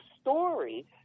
story